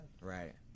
Right